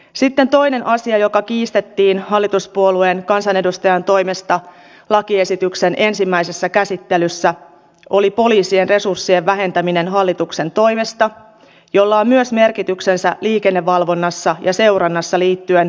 sitten toinen asia joka kiistettiin hallituspuolueen kansanedustajan toimesta lakiesityksen ensimmäisessä käsittelyssä oli poliisien resurssien vähentäminen hallituksen toimesta jolla on myös merkityksensä liikennevalvonnassa ja seurannassa liittyen kabotaasiliikenteeseen